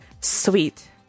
Sweet